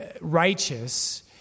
righteous